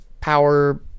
power